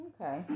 okay